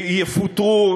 יפוטרו,